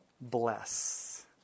bless